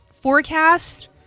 forecast